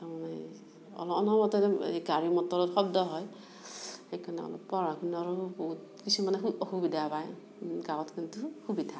তাৰমানে এই গাড়ী মটৰৰ শব্দ হয় সেইকাৰণে অলপ পঢ়া শুনৰো বহুত কিছুমানে সু অসুবিধা পায় গাঁৱত কিন্তু সুবিধা